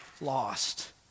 lost